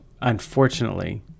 Unfortunately